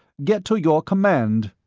get to your command.